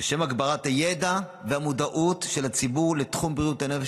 לשם הגברת הידע והמודעות של הציבור לתחום בריאות הנפש